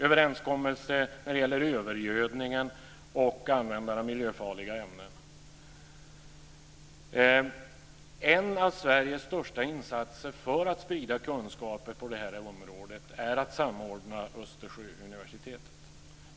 Överenskommelsen gäller också övergödningen och användandet av miljöfarliga ämnen. En av Sveriges största insatser för att sprida kunskaper på det här området är att samordna när det gäller Östersjöuniversitetet.